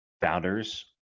founders